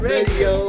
Radio